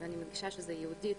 ואני מדגישה שזה ייעודית,